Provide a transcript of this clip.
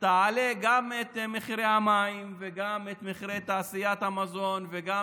תעלה גם את מחירי המים וגם את מחירי תעשיית המזון וגם